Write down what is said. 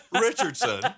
Richardson